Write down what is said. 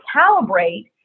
calibrate